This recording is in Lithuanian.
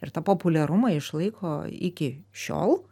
ir tą populiarumą išlaiko iki šiol